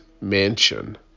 mansion